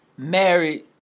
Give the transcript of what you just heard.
married